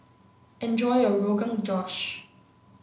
enjoy your Rogan Josh